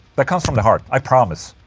that comes from the heart. i promise,